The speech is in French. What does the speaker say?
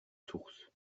source